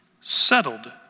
settled